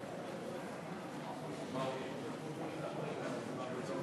רבותי, להלן תוצאות